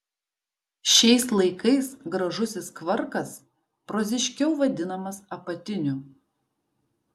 šiais laikais gražusis kvarkas proziškiau vadinamas apatiniu